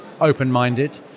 open-minded